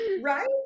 Right